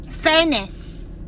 Fairness